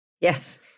Yes